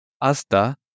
Hasta